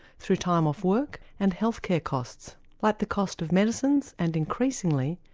through time off work and health care costs like the cost of medicines and, increasingly,